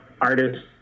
artists